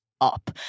up